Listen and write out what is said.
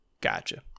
Gotcha